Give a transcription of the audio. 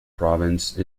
province